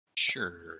Sure